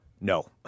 no